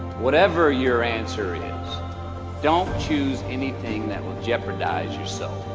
whatever your answer is don't choose anything that will jeopardize yourself